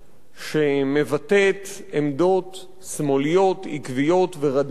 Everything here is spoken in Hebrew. שמבטאת עמדות שמאליות עקביות ורדיקליות,